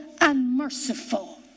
Unmerciful